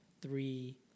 three